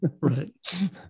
right